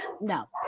no